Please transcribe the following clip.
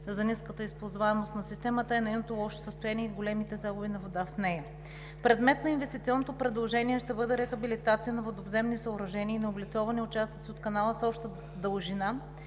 за ниската използваемост на системата е нейното лошо състояние и големите загуби на вода в нея. Предмет на инвестиционното предложение ще бъде рехабилитация на водовземни съоръжения и необлицовани участъци от канала с обща дължина